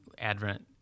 Advent